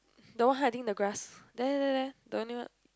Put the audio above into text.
the one hiding in the grass there there there the only one